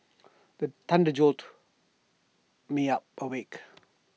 the thunder jolt me awake